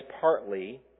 partly